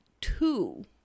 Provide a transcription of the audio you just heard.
two